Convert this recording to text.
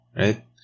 Right